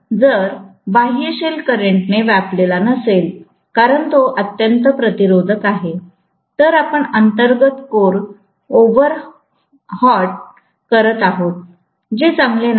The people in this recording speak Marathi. तर जर बाह्यशेल करंटने व्यापलेला नसेल कारण तो अत्यंत प्रतिरोधक आहे तर आपण अंतर्गत कोर ओव्हर हाट करीत आहात जे चांगले नाही